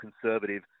conservative